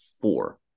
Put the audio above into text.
four